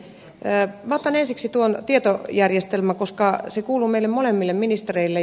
minä otan ensiksi tuon tietojärjestelmän koska se kuuluu meille molemmille ministereille